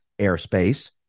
airspace